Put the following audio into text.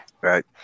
right